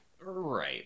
right